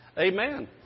Amen